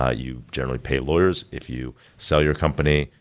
ah you generally pay lawyers. if you sell your company,